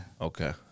Okay